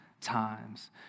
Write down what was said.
times